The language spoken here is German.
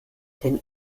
den